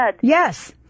Yes